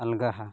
ᱟᱞᱜᱟᱣᱟ